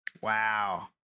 Wow